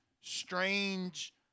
strange